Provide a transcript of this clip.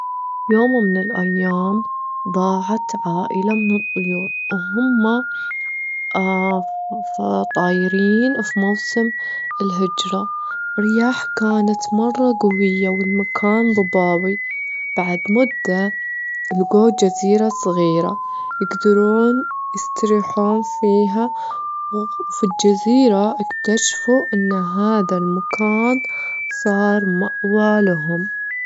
في يوم من الأيام ضاعت عائلة من الطيور وهما طايرين في موسم الهجرة، الرياح كانت مرة جوية والمكان بعد مدة لجيوا جزيرة صغيرة يجدرون يستريحون فيها، وفي الجزيرة أكتشفوا أن هذا المكان صار مأوى لهم.